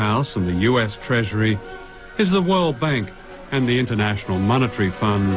house and the u s treasury is the world bank and the international monetary fund